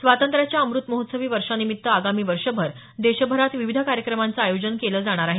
स्वातंत्र्याच्या अमृत महोत्सवी वर्षानिमित्त आगामी वर्षभर देशभरात विविध कार्यक्रमांचं आयोजन केलं जाणार आहे